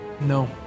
no